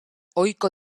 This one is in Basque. ohiko